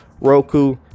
Roku